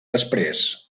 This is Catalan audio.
després